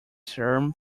term